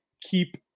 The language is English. keep